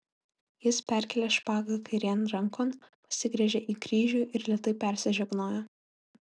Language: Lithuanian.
jis perkėlė špagą kairėn rankon pasigręžė į kryžių ir lėtai persižegnojo